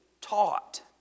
taught